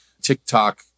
TikTok